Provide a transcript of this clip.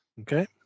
Okay